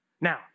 Now